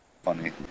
funny